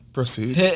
Proceed